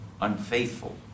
unfaithful